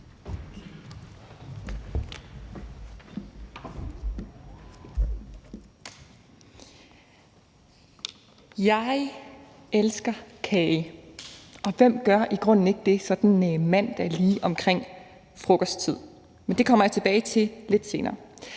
Jeg elsker kage – og hvem gør i grunden ikke det sådan en mandag lige omkring frokosttid? Men det kommer jeg tilbage til lidt senere.